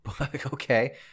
Okay